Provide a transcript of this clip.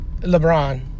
LeBron